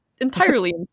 entirely